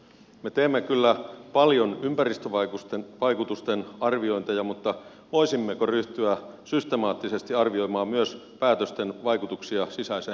me teemme kyllä paljon ympäristövaikutusten arviointeja mutta voisimmeko ryhtyä systemaattisesti arvioimaan myös päätösten vaikutuksia sisäiseen turvallisuuteen